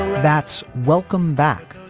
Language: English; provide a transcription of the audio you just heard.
that's welcome back.